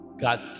God